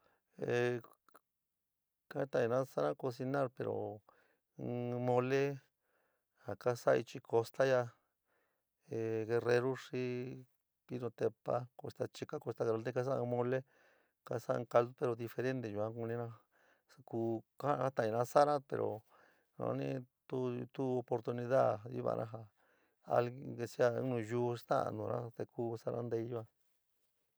Ee, jo tóina sora cocinar pero in mole ja kaso'a ichi costa yora, ee guerrero xii pinotepa costa chica, costa grande kaso'a mole, kaso'a in colto pero diferente yua kuníra ku kajotaind sor'a pero jo nani tú e oportunidad ñavora jaa alguien que sea nayuu sta´a nora te kuu sa'a nteyuu yua.